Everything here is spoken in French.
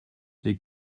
les